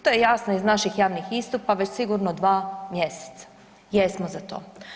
To je jasno iz naših javnih istupa već sigurno 2 mjeseca, jesmo za to.